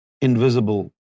invisible